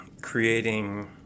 creating